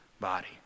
body